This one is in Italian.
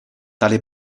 tale